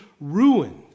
ruined